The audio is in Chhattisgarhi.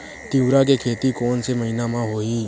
तीवरा के खेती कोन से महिना म होही?